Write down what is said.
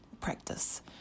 practice